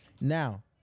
Now